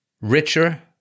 richer